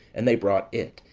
and they brought it,